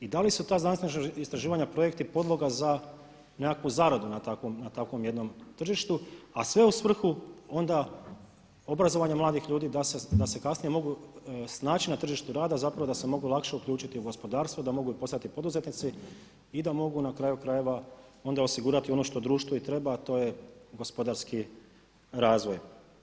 I da li su ta znanstvena istraživanja projekt i podloga za nekakvu zaradu na takvom jednom tržištu a sve u svrhu onda obrazovanja mladih ljudi da se kasnije mogu snaći na tržištu rada, zapravo da se mogu lakše uključiti u gospodarstvo, da mogu postati i poduzetnici i da mogu na kraju krajeva onda osigurati ono što društvu i treba a to je gospodarski razvoj.